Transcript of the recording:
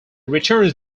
returns